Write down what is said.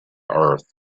earth